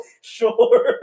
Sure